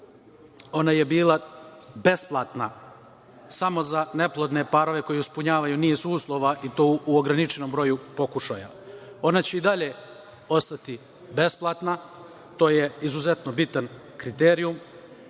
ona je bila besplatna samo za neplodne parove koji ispunjavaju niz uslova i to u ograničenom broju pokušaja. Ona će i dalje ostati besplatna, to je izuzetno bitan kriterijum,